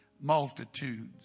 multitudes